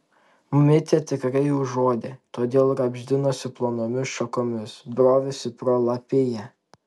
micė tikrai užuodė todėl rabždinosi plonomis šakomis brovėsi pro lapiją